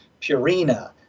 Purina